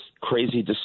crazy